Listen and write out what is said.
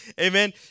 Amen